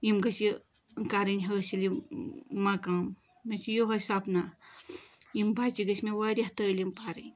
یِم گٔژھۍ یہِ کَرٕنۍ حٲصل یِم مقام مےٚ چھُ یِہوے سپنا یِم بَچہٕ گٔژھۍ مےٚ واریاہ تعلیٖم پَرٕنۍ